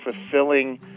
fulfilling